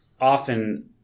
often